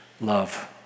love